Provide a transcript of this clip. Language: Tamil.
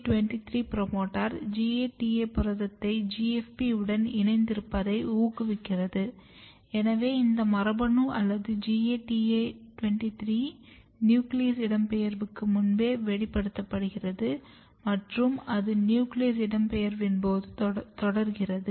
GATA23 புரோமோட்டார் GATA புரதத்தை GFP உடன் இணைத்திருப்பதை ஊக்குவிக்கிறது எனவே இந்த மரபணு அல்லது GATA23 நியூக்ளியஸ் இடம்பெயர்வுக்கு முன்பே வெளிப்படுகிறது மற்றும் அது நியூக்ளியஸ் இடம்பெயர்வின் போது தொடர்கிறது